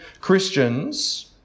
Christians